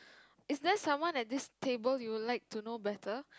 is there someone at this table you would like to know better